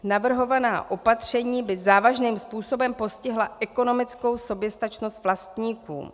Navrhovaná opatření by závažným způsobem postihla ekonomickou soběstačnost vlastníků.